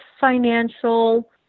financial